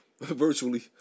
virtually